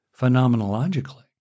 phenomenologically